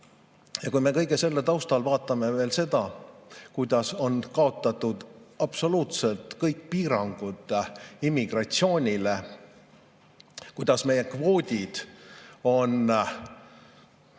Ja kui me kõige selle taustal vaatame veel seda, kuidas on kaotatud absoluutselt kõik piirangud immigratsioonile, kuidas meie kvoodid on